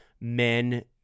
men